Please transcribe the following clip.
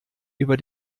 über